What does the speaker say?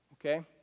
Okay